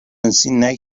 ارتدنسی